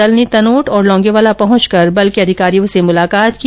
दल ने तनोट और लौंगेवाला पहुंचकर बल के अधिकारियों से मुलाकात की